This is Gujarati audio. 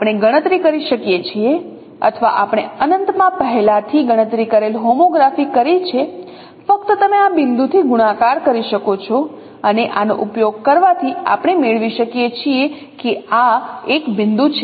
આપણે ગણતરી કરી શકીએ છીએ અથવા આપણે અનંતમાં પહેલાથી ગણતરી કરેલ હોમોગ્રાફી કરી છે ફક્ત તમે આ બિંદુથી ગુણાકાર કરી શકો છો અને આનો ઉપયોગ કરવાથી આપણે મેળવી શકીએ છીએ કે આ એક બિંદુ છે